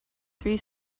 three